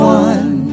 one